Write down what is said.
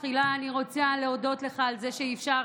תחילה אני רוצה להודות לך על זה שאפשרת